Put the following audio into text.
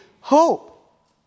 hope